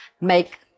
make